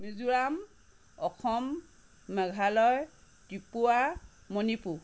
Mizoram Assam Meghalaya Tripura Manipur